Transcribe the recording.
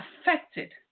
affected